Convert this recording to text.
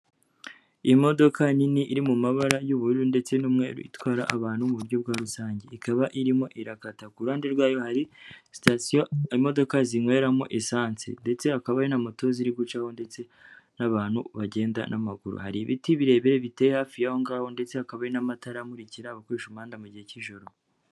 Imodoka nini iri mu mabara y'ubururu ndetse n'umweru itwara abantu mu buryo bwa rusange. Ikaba irimo irakata. Ku ruhande rwayo hari sitasiyo imodoka zinyweramo esansi ndetse hakaba hari na moto ziri gucaho ndetse n'abantu bagenda n'amaguru. Hari ibiti birebire biteye hafi y'aho ngaho ndetse hakaba hari n'amatara amurikira abakoresha umuhanda mu gihe cy'ijoro.